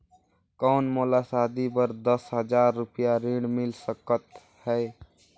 कौन मोला शादी बर दस हजार रुपिया ऋण मिल सकत है?